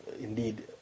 indeed